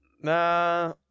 Nah